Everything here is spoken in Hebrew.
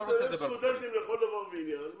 באים סטודנטים לכל דבר ועניין.